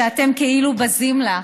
שאתם כאילו בזים לה,